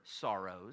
sorrows